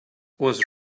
was